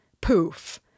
poof